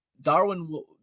darwin